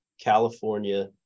California